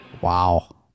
wow